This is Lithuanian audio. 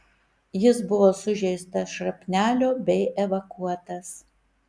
jis buvo sužeistas šrapnelio bei evakuotas